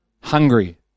hungry